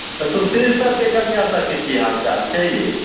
आ सुशील सभके कनिआँ सभके की हालचाल छै यै